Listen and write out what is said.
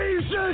Jesus